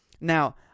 now